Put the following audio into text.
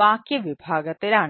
വാക്യ വിഭാഗത്തിലാണ്